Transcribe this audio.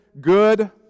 good